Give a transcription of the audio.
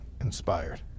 inspired